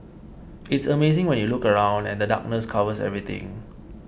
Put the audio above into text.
it's amazing when you look around and the darkness covers everything